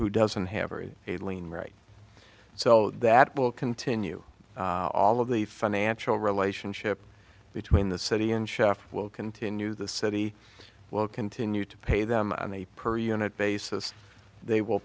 who doesn't have a lien right so that will continue all of the financial relationship between the city and chef will continue the city will continue to pay them on a per unit basis they will